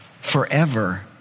forever